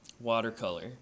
watercolor